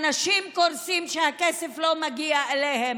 אנשים קורסים, והכסף לא מגיע אליהם.